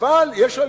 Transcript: אבל יש הליך.